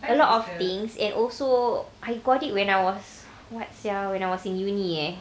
a lot of things and also I got it when I was what sia when I was in uni eh